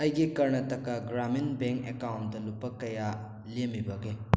ꯑꯩꯒꯤ Karnataka Gramin bank account ꯂꯨꯄꯥ ꯀꯌꯥ ꯂꯦꯝꯃꯤꯕꯒꯦ